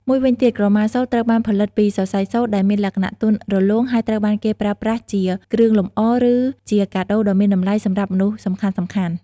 មួយវិញទៀត ក្រមាសូត្រ ត្រូវបានផលិតពីសរសៃសូត្រដែលមានលក្ខណៈទន់រលោង ហើយត្រូវបានគេប្រើប្រាស់ជា គ្រឿងលម្អ ឬជា កាដូដ៏មានតម្លៃ សម្រាប់មនុស្សសំខាន់ៗ។